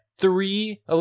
Three